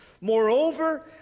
Moreover